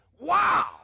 wow